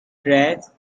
dress